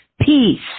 peace